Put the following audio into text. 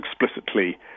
explicitly